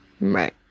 right